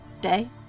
Day